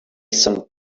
some